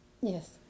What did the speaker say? Yes